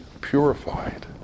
purified